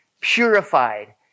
purified